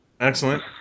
Excellent